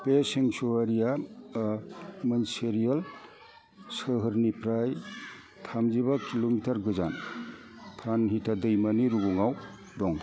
बे सेंसुवारिया मोन्छोरियल सोहोरनिफ्राय थामजिबा किल'मिटार गोजान प्राणहिता दैमानि रुगुङाव दं